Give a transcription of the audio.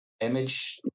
image